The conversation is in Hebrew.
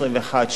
8%,